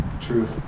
Truth